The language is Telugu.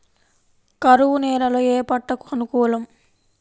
కరువు నేలలో ఏ పంటకు అనుకూలం?